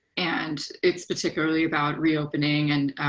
and it's particularly about reopening. and